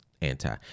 anti